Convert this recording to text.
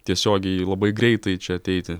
tiesiogiai labai greitai čia ateiti